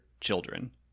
children